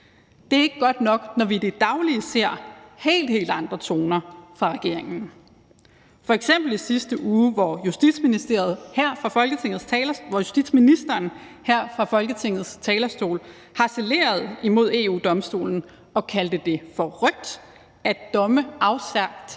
Det er ikke godt nok, når vi i det daglige hører helt, helt andre toner fra regeringen, f.eks. i sidste uge, hvor justitsministeren her fra Folketingets talerstol harcelerede imod EU-Domstolen og kaldte det forrykt, at domme afsagt